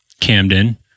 Camden